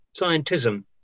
scientism